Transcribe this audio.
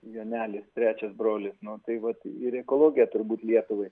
jonelis trečias brolis nu tai vat ir ekologija turbūt lietuvai